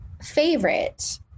favorite